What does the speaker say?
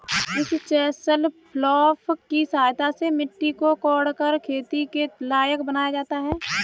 इस chisel plough की सहायता से मिट्टी को कोड़कर खेती के लायक बनाया जाता है